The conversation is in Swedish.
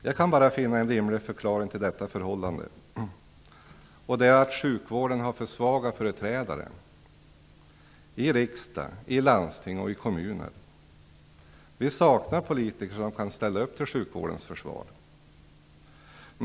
Jag kan bara finna en rimlig förklaring till detta förhållande, och det är att sjukvården har för svaga företrädare i riksdag, i landsting och i kommuner. Vi saknar politiker som kan ställa upp för sjukvårdens försvar.